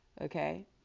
Okay